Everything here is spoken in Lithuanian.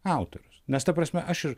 autorius nes ta prasme aš ir